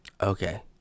Okay